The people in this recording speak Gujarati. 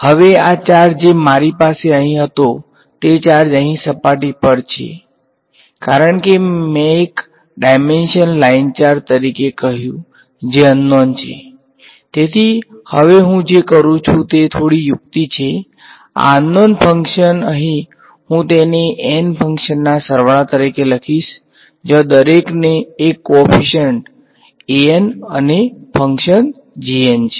હવે આ ચાર્જ જે મારી પાસે અહીં હતો તે ચાર્જ અહીં સપાટી પર છે કારણ કે મેં એક ડાઈમેન્શન લાઈન ચાર્જ તરીકે કહ્યું જે અનનોન અને ફંક્શન છે